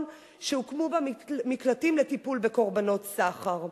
שהוקמו בה מקלטים לטיפול בקורבנות סחר,